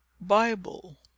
BIBLE